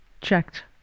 checked